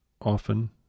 often